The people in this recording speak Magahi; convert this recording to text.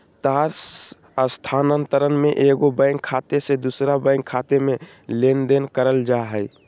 तार स्थानांतरण में एगो बैंक खाते से दूसर बैंक खाते में लेनदेन करल जा हइ